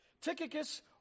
Tychicus